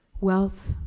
wealth